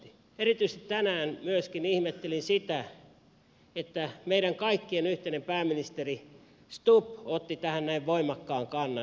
erityisesti tänään myöskin ihmettelin sitä et tä meidän kaikkien yhteinen pääministerimme stubb otti tähän näin voimakkaan kannan